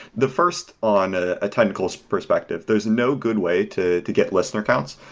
the first on a ah technical so perspective. there's no good way to to get listener accounts,